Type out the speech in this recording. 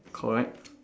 correct